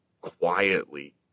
quietly